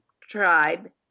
tribe